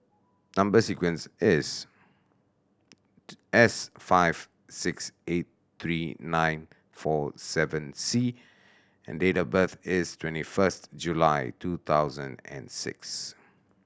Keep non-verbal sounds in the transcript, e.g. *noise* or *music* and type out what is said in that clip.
number sequence is *unintelligible* S five six eight three nine four seven C and date of birth is twenty first July two thousand and six